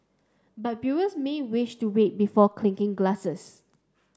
but brewers may wish to wait before clinking glasses